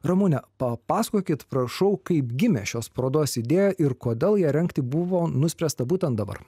ramune papasakokit prašau kaip gimė šios parodos idėja ir kodėl ją rengti buvo nuspręsta būtent dabar